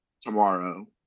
tomorrow